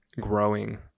growing